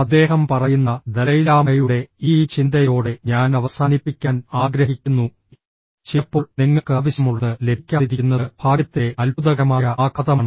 അദ്ദേഹം പറയുന്ന ദലൈലാമയുടെ ഈ ചിന്തയോടെ ഞാൻ അവസാനിപ്പിക്കാൻ ആഗ്രഹിക്കുന്നു ചിലപ്പോൾ നിങ്ങൾക്ക് ആവശ്യമുള്ളത് ലഭിക്കാതിരിക്കുന്നത് ഭാഗ്യത്തിന്റെ അത്ഭുതകരമായ ആഘാതമാണ്